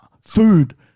Food